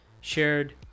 shared